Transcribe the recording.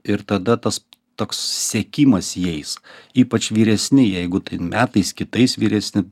ir tada tas toks sekimas jais ypač vyresni jeigu tai metais kitais vyresni